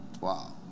Wow